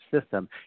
system